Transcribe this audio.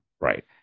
Right